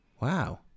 Wow